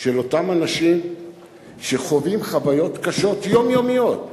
של אותם אנשים שחווים חוויות קשות יומיומיות.